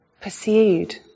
pursued